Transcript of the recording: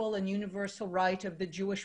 אור לגויים,